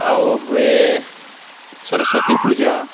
ଆଉ ହୁଏ ସରସ୍ଵତୀ ପୂଜା